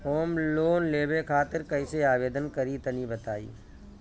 हम लोन लेवे खातिर कइसे आवेदन करी तनि बताईं?